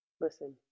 Listen